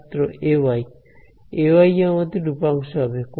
ছাত্র Ay Ay আমাদের উপাংশ হবে